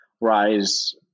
rise